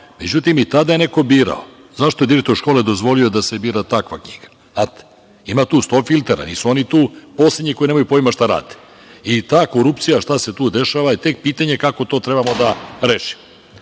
međutim, i tada je neko birao. Zašto je direktor škole dozvolio da se bira takva knjiga? Ima tu sto filtera, nisu oni tu poslednji koji nemaju pojma šta rade. Ta korupcija, šta se tu dešava je tek pitanje kako to treba da rešimo.